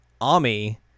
Ami